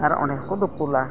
ᱟᱨ ᱚᱸᱰᱮ ᱦᱚᱸᱠᱚ ᱫᱩᱯᱩᱞᱟ